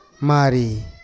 Mari